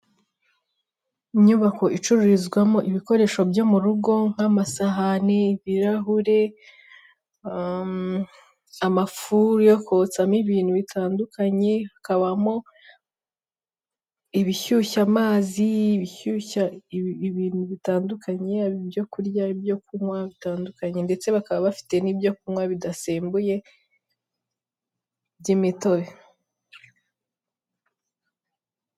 Inyubako icururizwamo ibikoresho byo mu rugo nk'amasahani, ibirahure, amafuru yo kotsamo ibintu bitandukanye, hakabamo ibishyushya amazi, ibishyushya ibintu bitandukanye yaba ibyo kurya, ibyo kunywa bitandukanye ndetse bakaba bafite n'ibyo kunywa bidasembuye by'imitobe.